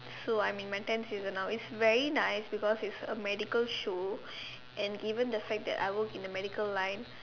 so I am in my ten season now it's very nice because it's a medical show and given the fact that I work in the medical line